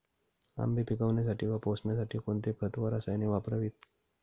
आंबे पिकवण्यासाठी व पोसण्यासाठी कोणते खत व रसायने वापरावीत?